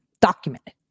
Documented